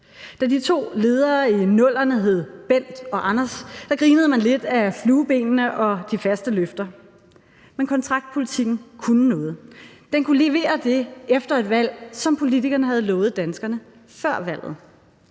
Da de to ledere i 00'erne hed Bent og Anders, grinede man lidt af fluebenene og de faste løfter, men kontraktpolitikken kunne noget. Den kunne levere det efter et valg, som politikerne havde lovet danskerne før valget.